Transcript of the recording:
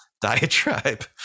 diatribe